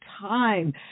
time